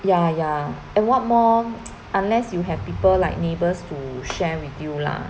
ya ya and what more unless you have people like neighbours to share with you lah